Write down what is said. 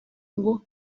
ngo